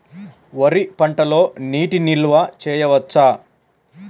వరి పంటలో నీటి నిల్వ చేయవచ్చా?